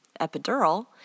epidural